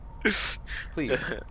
Please